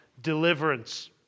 deliverance